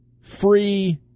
Free